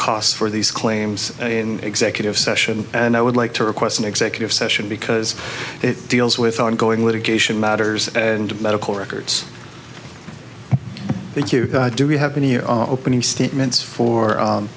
costs for these claims in executive session and i would like to request an executive session because it deals with ongoing litigation matters and medical records thank you do we have any opening statements for